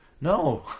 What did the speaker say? no